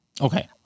Okay